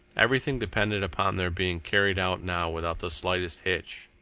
everything depended upon their being carried out now without the slightest hitch.